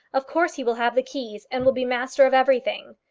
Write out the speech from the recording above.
of course he will have the keys, and will be master of everything.